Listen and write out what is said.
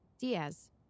Diaz